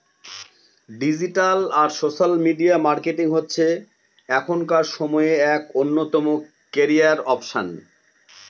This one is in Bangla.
ডিজিটাল আর সোশ্যাল মিডিয়া মার্কেটিং হচ্ছে এখনকার সময়ে এক অন্যতম ক্যারিয়ার অপসন